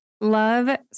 love